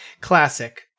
classic